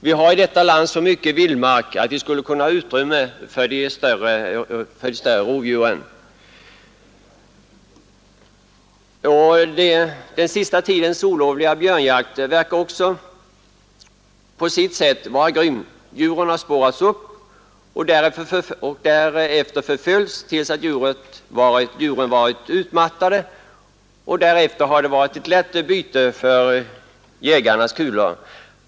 Vi har i detta land så stora vildmarker att vi borde ha utrymme för de större rovdjuren. Den senaste tidens olovliga björnjakt verkar att på sitt sätt vara grym. Djuren har spårats upp, varpå de förföljts till dess de varit utmattade. Därefter har de varit ett lätt byte för jägarnas kulor.